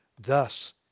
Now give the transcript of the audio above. Thus